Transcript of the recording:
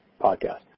podcast